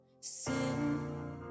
sin